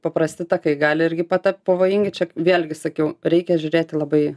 paprasti takai gali irgi patapt pavojingi čia vėlgi sakiau reikia žiūrėti labai